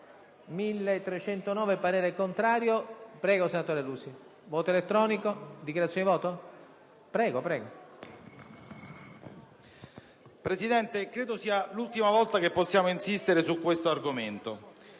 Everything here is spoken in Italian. Presidente, credo sia l'ultima volta che possiamo insistere su questo argomento